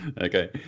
Okay